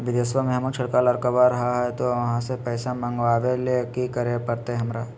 बिदेशवा में हमर छोटका लडकवा रहे हय तो वहाँ से पैसा मगाबे ले कि करे परते हमरा?